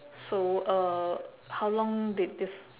so uh how long did this